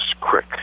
Crick